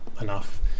enough